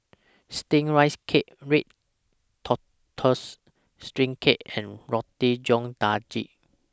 Steamed Rice Cake Red Tortoise Steamed Cake and Roti John Daging